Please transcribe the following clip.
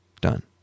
Done